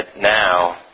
now